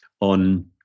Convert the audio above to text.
on